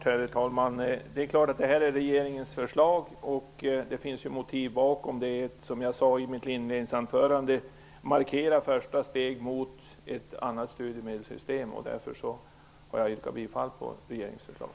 Herr talman! Det är klart att detta är regeringens förslag och att det finns motiv bakom det. Som jag sade i mitt inledningsanförande markerar det ett första steg mot ett annat studiemedelssystem. Därför har jag yrkat bifall till regeringens förslag.